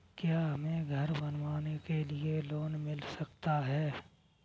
क्या हमें घर बनवाने के लिए लोन मिल सकता है?